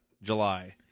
July